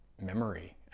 memory